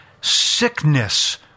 sickness